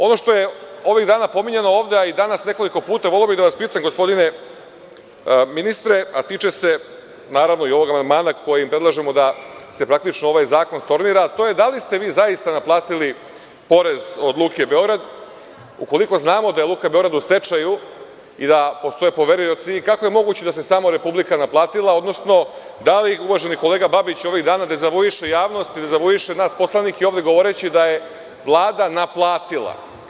Ono što je ovih dana pominjano ovde, a i danas nekoliko puta, mogao bih da vas pitam, gospodine ministre, a tiče se naravno i ovog amandman kojim predlažemo da se praktično ovaj zakon stornira, a to je - da li ste vi zaista naplatili porez od Luke Beograd, ukoliko znamo da je Luka Beograd u stečaju i da postoje poverioci, i kako je moguće da se samo Republika naplatila, odnosno da li uvaženi kolega Babić ovih dana dezavuiše javnost i dezavuiše nas poslanike ovde govoreći da je Vlada naplatila?